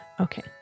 Okay